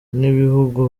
n’ibihugu